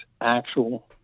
actual